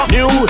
New